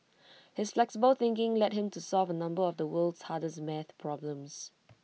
his flexible thinking led him to solve A number of the world's hardest math problems